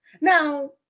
Now